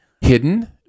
hidden